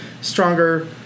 stronger